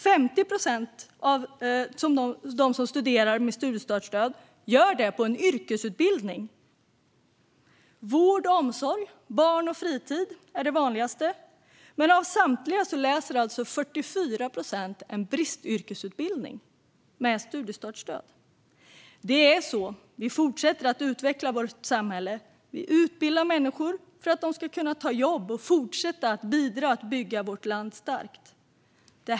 50 procent av dem med studiestartsstöd går en yrkesutbildning. Vård och omsorg samt barn och fritid är de vanligaste utbildningarna, men av samtliga med studiestartsstöd går 44 procent en bristyrkesutbildning. Det är så vi fortsätter att utveckla vårt samhälle. Vi utbildar människor för att de ska kunna ta jobb och fortsätta bygga vårt land starkt.